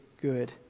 good